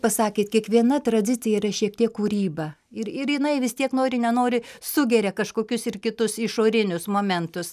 pasakėt kiekviena tradicija yra šiek tiek kūryba ir ir jinai vis tiek nori nenori sugeria kažkokius ir kitus išorinius momentus